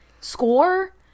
score